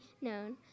known